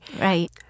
Right